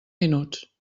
minuts